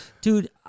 dude